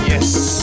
Yes